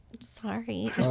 Sorry